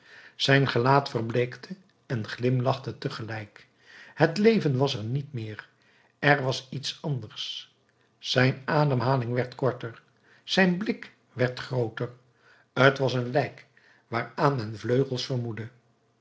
zijn gelaat verbleekte en glimlachte tegelijk het leven was er niet meer er was iets anders zijn ademhaling werd korter zijn blik werd grooter t was een lijk waaraan men vleugels vermoedde